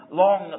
long